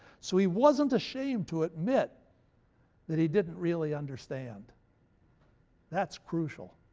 so he wasn't ashamed to admit that he didn't really understand that's crucial.